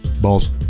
Balls